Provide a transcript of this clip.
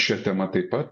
šia tema taip pat